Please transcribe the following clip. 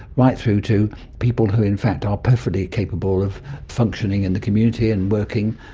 right through to people who in fact are perfectly capable of functioning in the community and working,